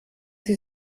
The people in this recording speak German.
sie